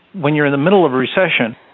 when you're in the middle of a recession,